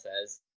says